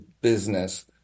business